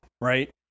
right